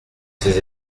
ces